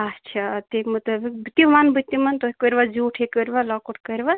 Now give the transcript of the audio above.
آچھا تَمہِ مطٲبق تہِ وَنہٕ بہٕ تِمَن تُہۍ کٔرۍ وا زیٛوٹھٕے کٔرِۍ وا لۄکُٹ کٔرِۍ وا